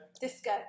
Disco